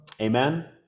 Amen